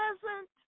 present